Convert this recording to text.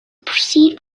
proceed